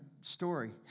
story